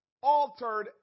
altered